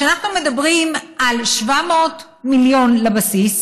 כשאנחנו מדברים על 700 מיליון לבסיס